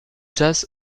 jazz